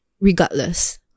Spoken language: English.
regardless